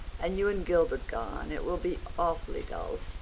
and you and gilbert gone it will be awfully dull.